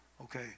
okay